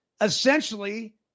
essentially